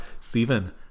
Stephen